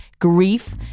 Grief